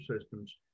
systems